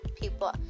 people